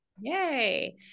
Yay